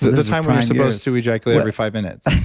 the time we're supposed to ejaculate every five minutes.